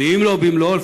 ואם לא במלואו,